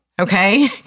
okay